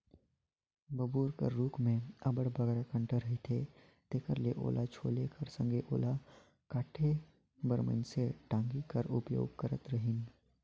बबूर कर रूख मे अब्बड़ बगरा कटा रहथे तेकर ले ओला छोले कर संघे ओला काटे बर मइनसे टागी कर उपयोग करत रहिन